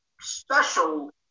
special